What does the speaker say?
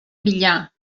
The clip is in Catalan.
villar